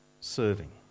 serving